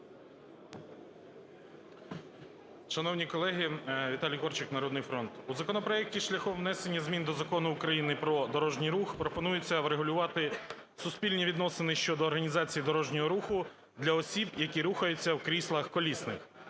Шановні колеги! Віталій Корчик, "Народний фронт". У законопроекті шляхом внесення змін до Закону України "Про дорожній рух" пропонується врегулювати суспільні відносини щодо організації дорожнього руху для осіб, які рухаються в кріслах колісних,